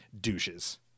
douches